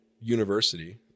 university